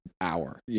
hour